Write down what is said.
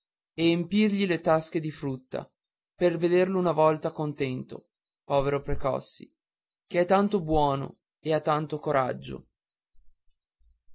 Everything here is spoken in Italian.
empirgli le tasche di frutte per vederlo una volta contento povero precossi che è tanto buono e ha tanto coraggio